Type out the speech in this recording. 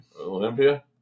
Olympia